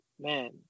man